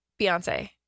Beyonce